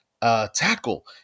Tackle